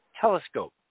telescope